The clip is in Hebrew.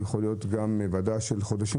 יכולה להיות גם ועדה שממתינים חודשים